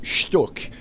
Stuck